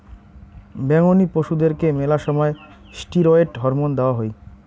বেঙনি পশুদেরকে মেলা সময় ষ্টিরৈড হরমোন দেওয়া হই